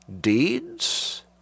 deeds